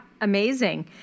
amazing